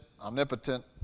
omnipotent